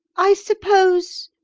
i suppose,